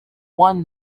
won